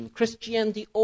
Christianity